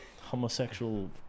homosexual